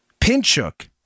Pinchuk